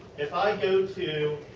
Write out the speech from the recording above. if i go to